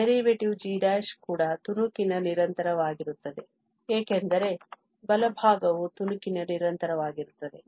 ಆದ್ದರಿಂದ derivative g ಕೂಡ ತುಣುಕಿನ ನಿರಂತರವಾಗಿರುತ್ತದೆ ಏಕೆಂದರೆ ಬಲಭಾಗವು ತುಣುಕಿನ ನಿರಂತರವಾಗಿರುತ್ತದೆ